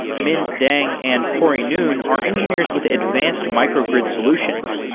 minh dang and corey noone are engineers with advanced microgrid solutions,